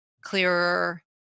clearer